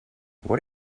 what